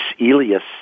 Elias